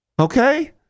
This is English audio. Okay